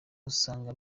usanga